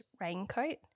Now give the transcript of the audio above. raincoat